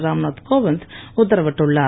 ராம்நாத் கோவிந்த் உத்தரவிட்டுள்ளார்